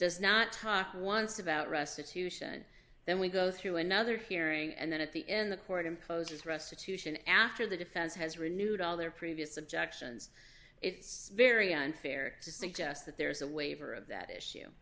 does not talk once about restitution then we go through another hearing and then at the end the court imposes restitution after the defense has renewed all their previous objections it's very unfair to suggest that there is a waiver of that issue